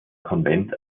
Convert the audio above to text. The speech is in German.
konvent